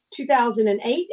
2008